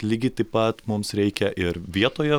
lygiai taip pat mums reikia ir vietoje